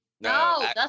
no